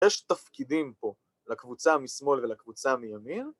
‫יש תפקידים פה לקבוצה משמאל ‫ולקבוצה מימין?